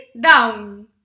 Down